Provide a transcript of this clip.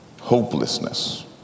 hopelessness